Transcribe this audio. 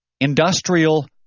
industrial